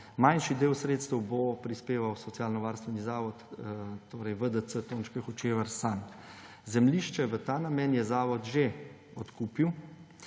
Manjši del sredstev bo prispeval socialnovarstveni zavod − VDC Tončke Hočevar sam. Zemljišče v ta namen je zavod že odkupil.